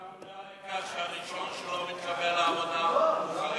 אתה מודע לכך שהראשון שלא מתקבל לעבודה הוא חרדי?